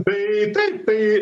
tai taip tai